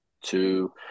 two